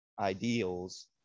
ideals